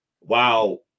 wow